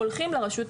הולכים לרשות המקומית.